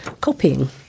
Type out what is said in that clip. copying